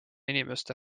inimeste